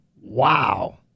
Wow